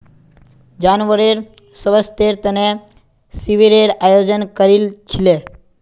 जानवरेर स्वास्थ्येर तने शिविरेर आयोजन करील छिले